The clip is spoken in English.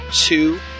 two